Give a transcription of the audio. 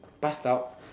pass out